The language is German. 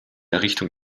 errichtung